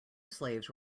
slaves